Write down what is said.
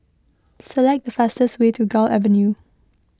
select the fastest way to Gul Avenue